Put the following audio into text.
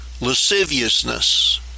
lasciviousness